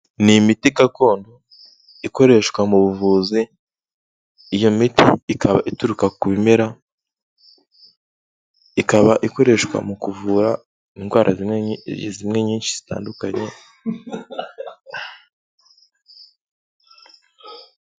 Ni imiti gakondo ikoreshwa mu buvuzi, iyo miti ikaba ituruka ku bimera ikaba ikoreshwa mu kuvura indwara zimwe nyinshi zitandukanye.